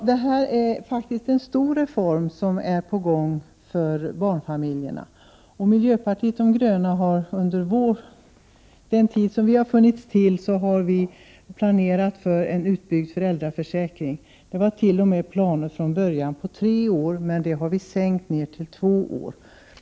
Herr talman! Det är faktiskt en stor reform som är på gång när det gäller barnfamiljerna. Under den tid som miljöpartiet de gröna har funnits har vi planerat för en utbyggd föräldraförsäkring. Från början hade vi t.o.m. planer på tre år, men vi har nu sänkt det till två år.